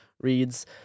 reads